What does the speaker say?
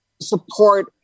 support